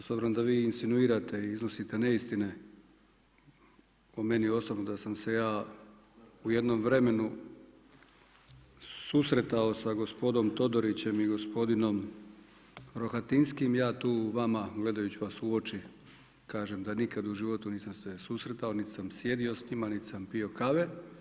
S obzirom da vi inducirate i iznosite neistine, o meni osobno da sam se ja u jednom vremenu susretao sa gospodom Todorićem i gospodinom Rohatinskim, ja tu vama, gledajući vas u uči, kažem da nikad u životu se nisam susretao, niti sam sjedio s njima, niti sam pito kave.